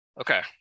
Okay